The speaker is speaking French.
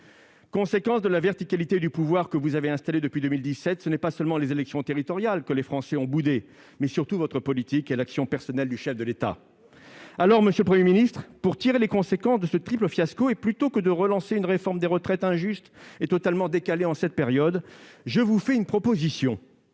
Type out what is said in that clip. Conséquence de la verticalité du pouvoir que vous avez installée depuis 2017, ce sont non seulement les élections territoriales que les Français ont boudées, mais, surtout, votre politique et l'action personnelle du chef de l'État. Pas du tout ! Alors, monsieur le Premier ministre, pour tirer les conclusions de ce triple fiasco, et plutôt que de relancer une réforme des retraites injuste et totalement décalée en cette période, je vous fais une proposition,